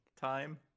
time